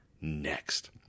next